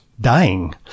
dying